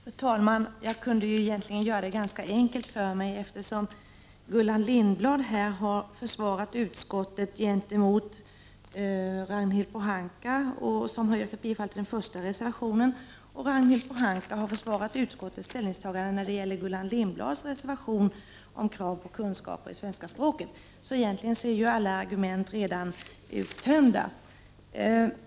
Fru talman! Jag kunde göra det ganska enkelt för mig, eftersom Gullan Lindblad försvarat utskottets ställningstagande gentemot Ragnhild Pohanka som yrkat bifall på den första reservationen, medan Ragnhild Pohanka försvarat utskottets ställningstagande när det gäller Gullan Lindblads reservation om krav på kunskaper i svenska språket. Så egentligen är alla argument redan uttömda.